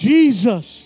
Jesus